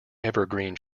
evergreen